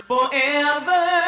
Forever